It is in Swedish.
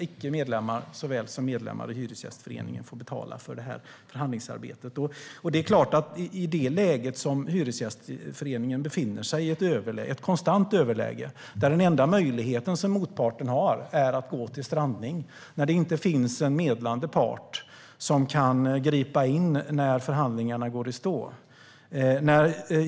Icke medlemmar såväl som medlemmar i Hyresgästföreningen får betala för förhandlingsarbetet. Hyresgästföreningen befinner sig i ett konstant överläge, där den enda möjligheten som motparten har är att stranda förhandlingen eftersom det inte finns en medlande part som kan gripa in när förhandlingarna går i stå.